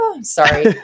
sorry